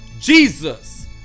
jesus